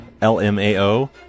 L-M-A-O